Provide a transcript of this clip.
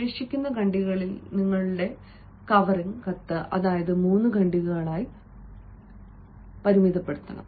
ശേഷിക്കുന്ന ഖണ്ഡികകളിൽ നിങ്ങളുടെ കവറിംഗ് കത്ത് 3 ഖണ്ഡികകളായി പരിമിതപ്പെടുത്തണം